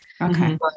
Okay